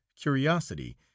curiosity